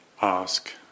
ask